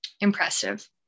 Impressive